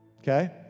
Okay